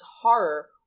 horror